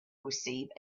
receive